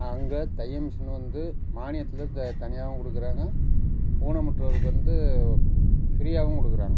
அங்கே தையல் மிஷின் வந்து மானியத்தில் த தனியாகவும் கொடுக்குறாங்க ஊனமுற்றோருக்கு வந்து ஃப்ரீயாகவும் கொடுக்குறாங்க